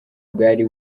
bwari